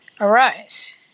arise